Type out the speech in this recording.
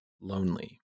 lonely